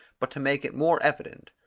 but to make it more evident.